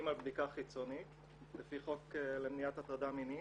על בדיקה חיצונית לפי חוק למניעת הטרדה מינית,